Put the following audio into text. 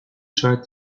tried